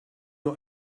nur